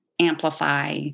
amplify